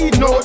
no